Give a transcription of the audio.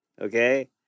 Okay